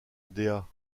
dea